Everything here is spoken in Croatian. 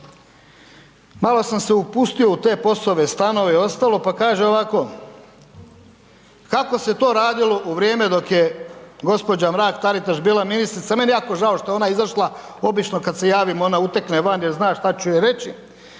malo sam se upustio u te POS-ove stanove i ostalo pa kaže ovako, kako se to radilo u vrijeme dok je gospođa Mrak-Taritaš bila ministrica, meni je jako žao što je ona izašla, obično kada se javim ona utekne van jer zna šta ću joj reći,